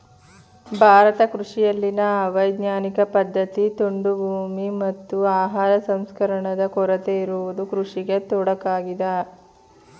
ಭಾರತ ಕೃಷಿಯಲ್ಲಿನ ಅವೈಜ್ಞಾನಿಕ ಪದ್ಧತಿ, ತುಂಡು ಭೂಮಿ, ಮತ್ತು ಆಹಾರ ಸಂಸ್ಕರಣಾದ ಕೊರತೆ ಇರುವುದು ಕೃಷಿಗೆ ತೊಡಕಾಗಿದೆ